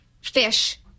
fish